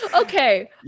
okay